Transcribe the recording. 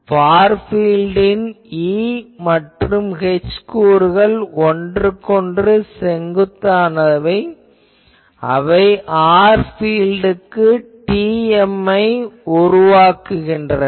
for பீல்டின் E மற்றும் H கூறுகள் ஒன்றுக்கொன்று செங்குத்தானவை அவை r பீல்டுக்கு TM ஐ உருவாக்குகின்றன